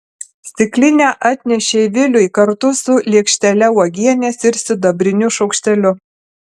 stiklinę atnešė viliui kartu su lėkštele uogienės ir sidabriniu šaukšteliu